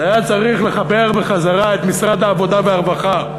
היה צריך לחבר חזרה את משרד העבודה והרווחה,